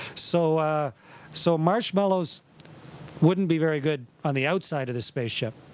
so so marshmallows wouldn't be very good on the outside of the spaceship,